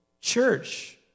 church